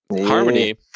Harmony